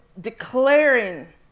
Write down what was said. declaring